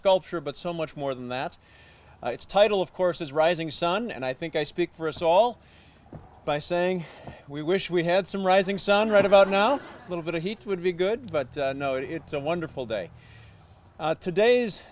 sculpture but so much more than that its title of course is rising sun and i think i speak for us all by saying we wish we had some rising sun right about now a little bit of heat would be good but no it's a wonderful day today's